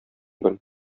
бел